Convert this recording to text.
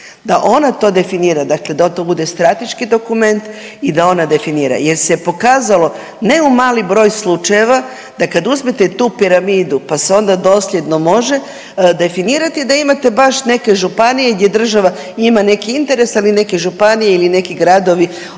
da ona to definira, dakle da to bude strateški dokument i da ona definira jer se pokazalo ne u mali broj slučajeva da kad uzmete tu piramidu, pa se onda dosljedno može definirati da imate baš neke županije gdje država ima neki interes, ali neke županije ili neki gradovi